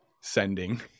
sending